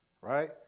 Right